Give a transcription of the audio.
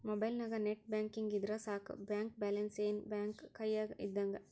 ಮೊಬೈಲ್ನ್ಯಾಗ net banking ಇದ್ರ ಸಾಕ ಬ್ಯಾಂಕ ಬ್ಯಾಲೆನ್ಸ್ ಏನ್ ಬ್ಯಾಂಕ ಕೈಯ್ಯಾಗ ಇದ್ದಂಗ